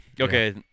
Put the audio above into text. okay